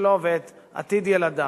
שלו ואת עתיד ילדיו.